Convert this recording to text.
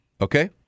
Okay